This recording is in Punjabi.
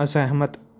ਅਸਹਿਮਤ